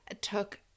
took